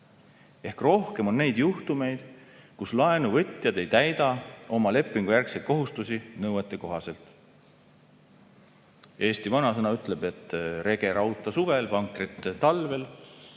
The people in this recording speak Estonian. Ehk rohkem on neid juhtumeid, kus laenuvõtjad ei täida oma lepingujärgseid kohustusi nõuetekohaselt. Eesti vanasõna ütleb, et rege rauta suvel, vankrit talvel.